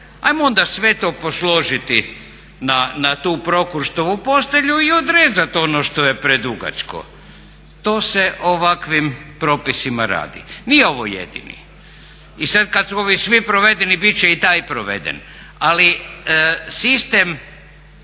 ajmo onda sve to posložiti na tu Prokurštovu postelju i odrezat ono što je predugačko. To se ovakvim propisima radi, nije ovo jedini i sad kad su ovi svi provedeni bit će i taj proveden. Ali sistem